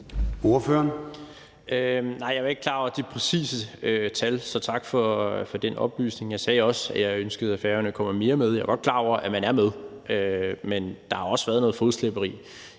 Jarlov (KF): Nej, jeg var ikke klar over de præcise tal, så tak for den oplysning. Jeg sagde også, at jeg ønskede, at Færøerne kom mere med. Jeg er godt klar over, at man er med – men der har også været noget fodslæberi